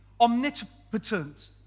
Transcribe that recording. omnipotent